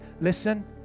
Listen